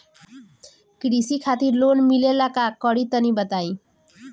कृषि खातिर लोन मिले ला का करि तनि बताई?